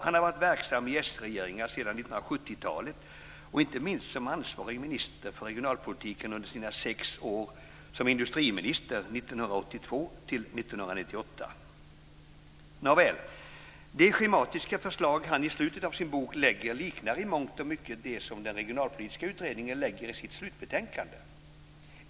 Han har varit verksam i s-regeringar sedan 1970-talet, inte minst som ansvarig minister för regionalpolitiken under sina sex år som industriminister 1982 till 1988. Nåväl, de schematiska förslag han i slutet av sin bok lägger fram liknar i mångt och mycket de som den regionalpolitiska utredningen för fram i sitt slutbetänkande.